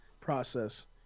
process